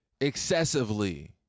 excessively